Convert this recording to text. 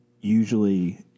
usually